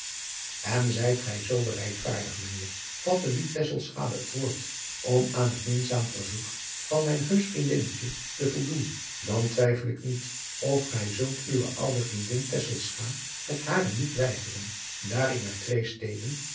n zijt gij zoo bereidvaardig ijnheer vatte nu het woord om aan het minzaam verzoek van mijn heusch vriendinnetje te voldoen dan twijfel ik niet of gij zult uwe oude vriendin het hare niet weigeren daar ik naar twee steden